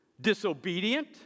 disobedient